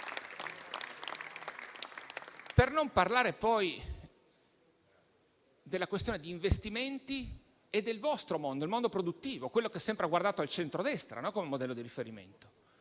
Non parliamo poi della questione degli investimenti e del vostro mondo, il mondo produttivo, quello che sempre ha guardato al centrodestra come modello di riferimento.